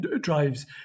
drives